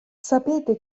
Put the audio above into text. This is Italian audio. sapete